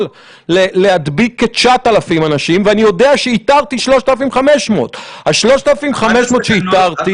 להדביק 9,000 אנשים ואני יודע שאיתרתי 3,500. אחת